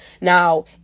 Now